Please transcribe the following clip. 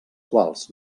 quals